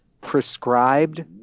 prescribed